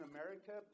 America